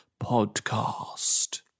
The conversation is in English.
podcast